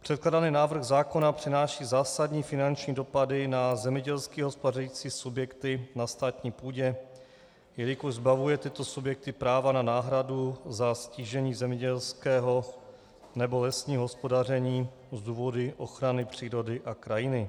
Předkládaný návrh zákona přináší zásadní finanční dopady na zemědělsky hospodařící subjekty na státní půdě, jelikož zbavuje tyto subjekty práva na náhradu za ztížení zemědělského nebo lesního hospodaření z důvodu ochrany přírody a krajiny.